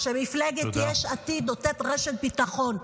-- שמפלגת יש עתיד נותנת רשת ביטחון.